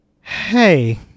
Hey